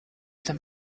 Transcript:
than